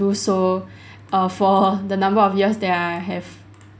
do so err for the number of years that I have